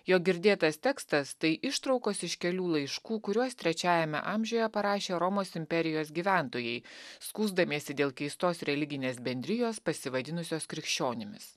jo girdėtas tekstas tai ištraukos iš kelių laiškų kuriuos trečiajame amžiuje parašė romos imperijos gyventojai skųsdamiesi dėl keistos religinės bendrijos pasivadinusios krikščionimis